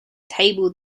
table